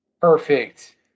perfect